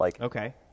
Okay